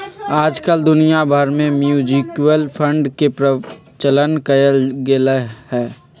आजकल दुनिया भर में म्यूचुअल फंड के प्रचलन कइल गयले है